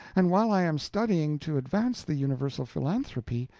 and while i am studying to advance the universal philanthropy,